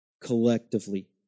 collectively